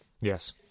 Yes